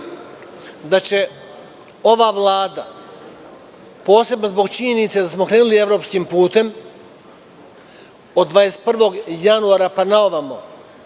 da će ova Vlada, posebno zbog činjenice da smo krenuli evropskim putem, od 21. januara pa na ovamo